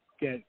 get